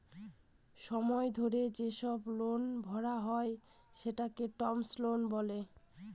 সময় ধরে যেসব লোন ভরা হয় সেটাকে টার্ম লোন বলে